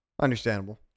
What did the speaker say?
understandable